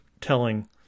telling